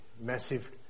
massive